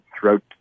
throughout